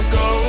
go